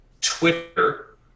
Twitter